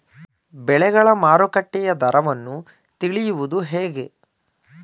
ಬೆಳೆಗಳ ಮಾರುಕಟ್ಟೆಯ ದರವನ್ನು ತಿಳಿಯುವುದು ಹೇಗೆ?